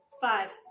Five